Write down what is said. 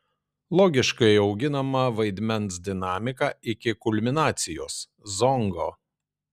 logiškai auginama vaidmens dinamika iki kulminacijos zongo